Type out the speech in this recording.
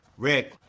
rick,